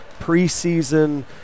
preseason